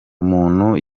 umuntu